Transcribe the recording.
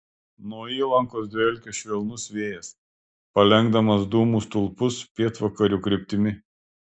nuo įlankos dvelkė švelnus vėjas palenkdamas dūmų stulpus pietvakarių kryptimi